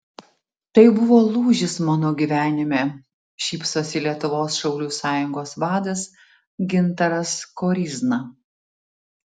tai buvo lūžis mano gyvenime šypsosi lietuvos šaulių sąjungos vadas gintaras koryzna